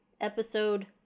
episode